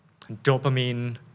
dopamine